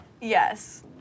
Yes